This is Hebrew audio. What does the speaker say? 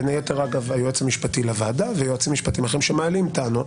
בין היתר אגב היועץ המשפטי לוועדה ויועצים משפטיים אחרים שמעלים טענות,